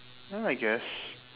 ya I guess